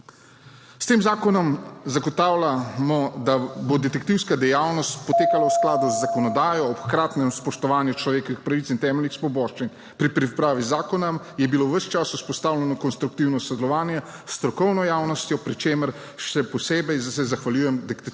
S tem zakonom zagotavljamo, da bo detektivska dejavnost potekala v skladu z zakonodajo, ob hkratnem spoštovanju človekovih pravic in temeljnih svoboščin. Pri pripravi zakona je bilo ves čas vzpostavljeno konstruktivno sodelovanje s strokovno javnostjo, pri čemer se še posebej zahvaljujem Detektivski